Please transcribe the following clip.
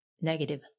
negative